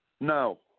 No